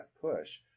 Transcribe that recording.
push